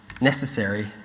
necessary